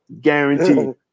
Guaranteed